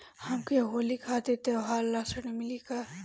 हमके होली खातिर त्योहार ला ऋण मिली का?